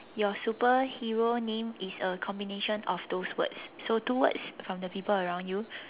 your superhero name is a combination of those words so two words from the people around you